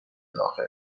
داخل